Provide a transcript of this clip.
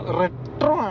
retro